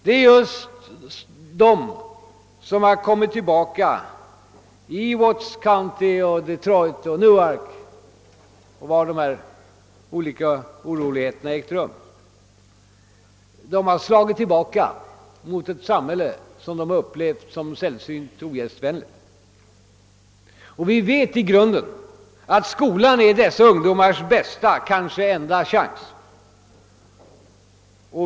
Det är just dessa ungdomar som kommit tillbaka i Watts County, Detroit, Newark och de andra platser, där dessa oroligheter ägt rum, och slagit tillbaka mot det samhälle som de upplevt som sällsynt ogästvänligt. Vi vet att just skolan är dessa ungdomars bästa, kanske enda chans.